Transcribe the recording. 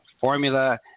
formula